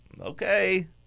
Okay